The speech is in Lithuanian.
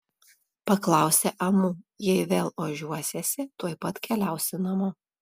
paklausė amu jei vėl ožiuosiesi tuoj pat keliausi namo